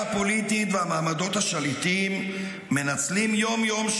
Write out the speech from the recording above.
הפוליטית והמעמדות השליטים מנצלים יום-יום,